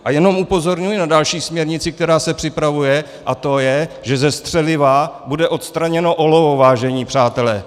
A jenom upozorňuji na další směrnici, která se připravuje, a to je, že ze střeliva bude odstraněno olovo, vážení přátelé.